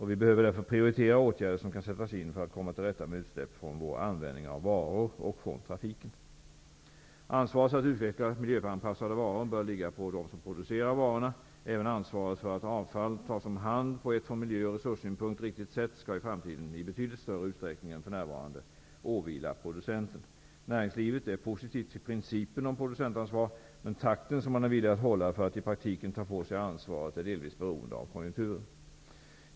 Vi behöver därför prioritera åtgärder som kan sättas in för att komma till rätta med utsläpp från vår användning av varor och från trafiken. Ansvaret för att utveckla miljöanpassade varor bör ligga på dem som producerar varorna. Även ansvaret för att avfall tas om hand på ett från miljöoch resurssynpunkt riktigt sätt skall i framtiden i betydligt större utsträckning än för närvarande åvila producenten. Näringslivet är positivt till principen om producentansvar, men takten som man är villig att hålla för att i praktiken ta på sig ansvaret är delvis beroende av konjunkturen.